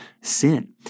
sin